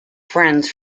friends